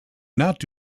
not